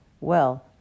well